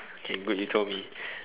okay good you told me